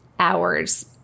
hours